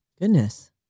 goodness